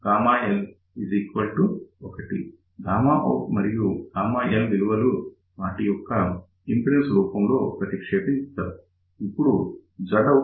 out మరియు L విలువలు వాటి యొక్క ఇంపిడెన్సస్ రూపంలో ప్రతిక్షేపణ చేద్దాం